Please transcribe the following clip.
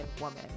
woman